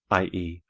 i e,